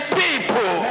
people